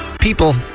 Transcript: people